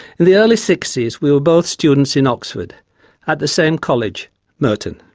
in the early sixty s we were both students in oxford at the same college merton.